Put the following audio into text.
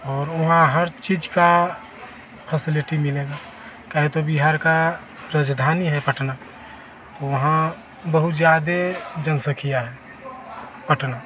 और ओहा हर चीज़ की फेसिलिटी मिलेगी कहे तो बिहार की रजधानी है पटना तो वहाँ बहुत ज़्यादा जनसंख्या है पटना